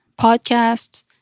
podcasts